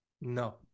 No